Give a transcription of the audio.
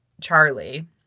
Charlie